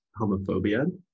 homophobia